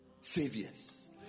Saviors